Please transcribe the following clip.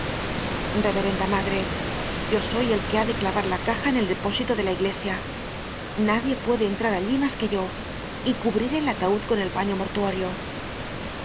reverenda madre yo soy el que ha de clavar la caja en el depósito de la iglesia nadie puede entrar allí mas que yo y cubriré el ataud con el pafio mortuorio